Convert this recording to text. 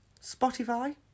Spotify